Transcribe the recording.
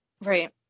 Right